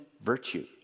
virtue